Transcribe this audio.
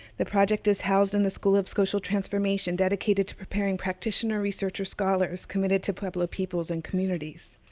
the project is housed in the school of social transformation dedicated to preparing practitioner researcher scholars committed to pueblo peoples and communities.